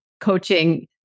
coaching